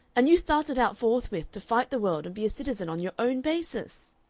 and you started out forthwith to fight the world and be a citizen on your own basis?